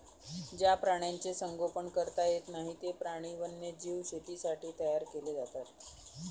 ज्या प्राण्यांचे संगोपन करता येत नाही, ते प्राणी वन्यजीव शेतीसाठी तयार केले जातात